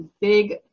big